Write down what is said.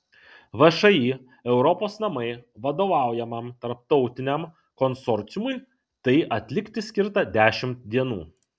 všį europos namai vadovaujamam tarptautiniam konsorciumui tai atlikti skirta dešimt dienų